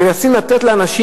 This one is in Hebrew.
מנסים לתת לאנשים,